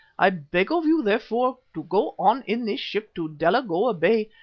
i beg of you, therefore, to go on in this ship to delagoa bay,